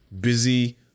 busy